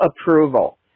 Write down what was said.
approval